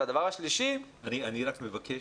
אני רק מבקש,